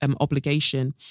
obligation